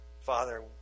Father